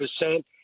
percent